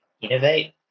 innovate